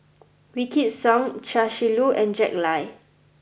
Wykidd Song Chia Shi Lu and Jack Lai